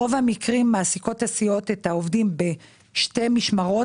ברוב המקרים מעסיקות הסיעות את העובדים בשתי משמרות,